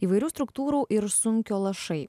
įvairių struktūrų ir sunkio lašai